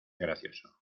gracioso